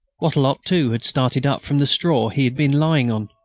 wattrelot too had started up from the straw he had been lying on.